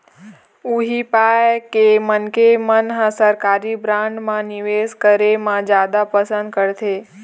उही पाय के मनखे मन ह सरकारी बांड म निवेस करे म जादा पंसद करथे